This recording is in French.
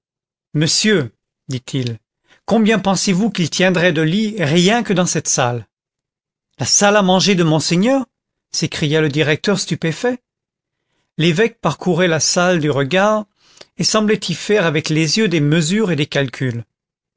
monsieur dit-il combien pensez-vous qu'il tiendrait de lits rien que dans cette salle la salle à manger de monseigneur s'écria le directeur stupéfait l'évêque parcourait la salle du regard et semblait y faire avec les yeux des mesures et des calculs